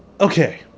okay